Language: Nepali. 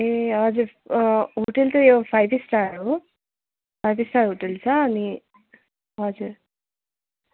ए हजुर होटेल त यो फाइभ स्टार हो फाइभ स्टार होटल छ अनि हजुर